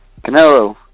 Canelo